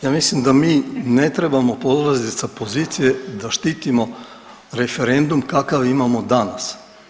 Ja mislim da mi ne trebamo polaziti sa pozicije da štitimo referendum kakav imamo danas.